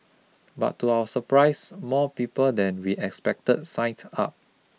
but to our surprise more people than we expected signed up